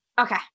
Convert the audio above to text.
Okay